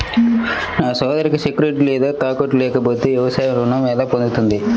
నా సోదరికి సెక్యూరిటీ లేదా తాకట్టు లేకపోతే వ్యవసాయ రుణం ఎలా పొందుతుంది?